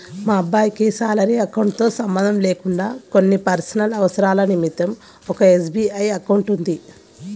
మా అబ్బాయికి salary account తో సంబంధం లేకుండా కొన్ని పర్సనల్ అవసరాల నిమిత్తం ఒక ఎస్.బీ.ఐ అకౌంట్ ఉంది